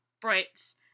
Brit's